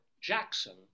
Jackson